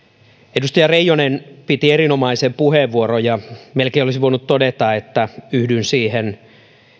edustaja reijonen piti erinomaisen puheenvuoron ja melkein olisin voinut todeta että yhdyn siihen